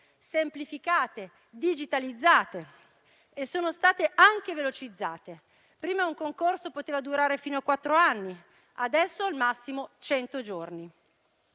semplificate, digitalizzate e anche velocizzate. Prima un concorso poteva durare fino a quattro anni, adesso al massimo cento giorni.